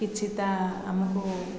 କିଛିଟା ଆମକୁ